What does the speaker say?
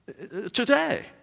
Today